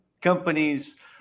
companies